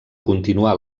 continuar